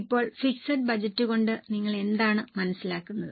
ഇപ്പോൾ fixed budget കൊണ്ട് നിങ്ങൾ എന്താണ് മനസ്സിലാക്കുന്നത്